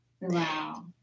Wow